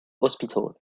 hospital